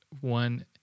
one